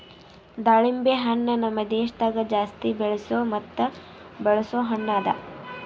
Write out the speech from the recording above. ದಾಳಿಂಬೆ ಹಣ್ಣ ನಮ್ ದೇಶದಾಗ್ ಜಾಸ್ತಿ ಬೆಳೆಸೋ ಮತ್ತ ಬಳಸೋ ಹಣ್ಣ ಅದಾ